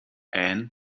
ann